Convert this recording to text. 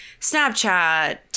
Snapchat